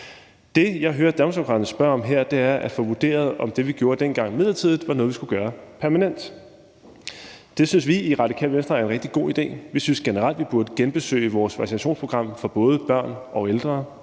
Det, jeg hører Danmarksdemokraterne bede om her, er at få vurderet, om det, vi dengang gjorde som noget midlertidigt, var noget, vi skulle gøre permanent. Det synes vi i Radikale Venstre er en rigtig god idé. Vi synes generelt, vi burde genbesøge vores vaccinationsprogram for både børn og ældre